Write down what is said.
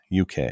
UK